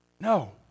No